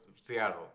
Seattle